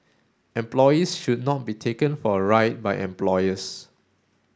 employees should not be taken for a ride by employers